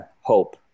hope